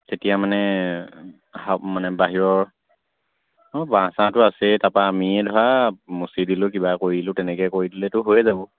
তেতিয়া মানে মানে বাহিৰৰ অঁ বাঁহ চাহটো আছেই তাৰপৰা আমিয়ে ধৰা মুচি দিলোঁ কিবা কৰিলোঁ তেনেকৈ কৰি দিলেতো হৈয়ে যাব